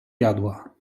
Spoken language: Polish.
jadła